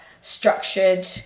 structured